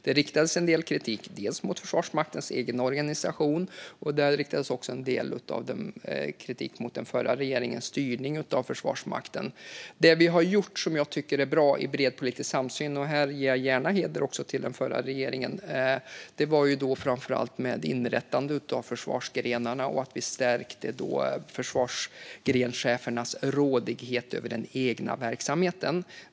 Det riktas en del kritik dels mot Försvarsmaktens egen organisation, dels mot den förra regeringens styrning av Försvarsmakten. Det vi har gjort i bred politisk samsyn, som jag tycker är bra, och här ger jag gärna heder till den förra regeringen, är att inrätta försvarsgrenarna och att stärka försvarsgrenschefernas rådighet över den egna verksamheten.